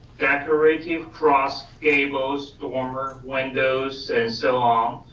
decorating, cross gables, dormer windows, and so on.